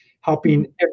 helping